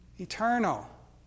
Eternal